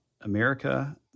America